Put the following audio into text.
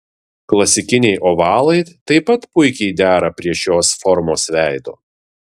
klasikiniai ovalai taip pat puikiai dera prie šios formos veido